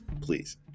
please